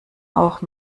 auch